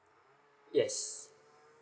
yes